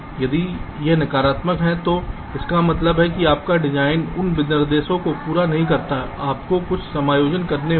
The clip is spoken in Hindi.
यदि यह नकारात्मक है तो इसका मतलब है कि आपका डिज़ाइन इस विनिर्देश को पूरा नहीं करता है आपको कुछ समायोजन करने होंगे